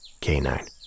canine